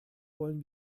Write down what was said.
wollen